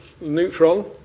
neutron